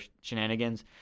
shenanigans